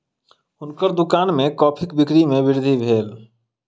हुनकर दुकान में कॉफ़ीक बिक्री में वृद्धि भेल